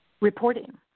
reporting